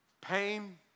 pain